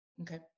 Okay